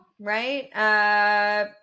right